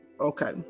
okay